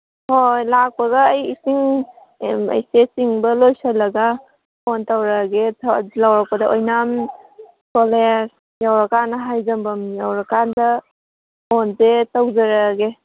ꯍꯣꯏ ꯂꯥꯛꯄꯒ ꯑꯩ ꯏꯁꯤꯡꯁꯦ ꯆꯤꯡꯕ ꯂꯣꯏꯁꯜꯂꯒ ꯐꯣꯟ ꯇꯧꯔꯛꯑꯒꯦ ꯌꯧꯔꯛꯄꯗ ꯑꯣꯏꯅꯥꯝ ꯀꯣꯂꯦꯖ ꯌꯧꯔꯀꯥꯟꯗ ꯍꯥꯏꯖꯟꯐꯝ ꯌꯧꯔꯀꯥꯟꯗ ꯐꯣꯟꯁꯦ ꯇꯧꯖꯔꯛꯑꯒꯦ